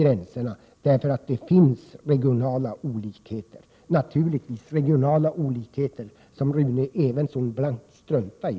Gränserna bör alltså justeras på grund av att det finns regionala olikheter, vilka Rune Evensson blankt struntar i.